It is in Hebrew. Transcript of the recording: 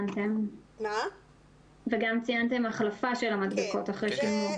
את ההחלפה של המדבקות אחרי שימוש ציינתם.